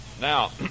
Now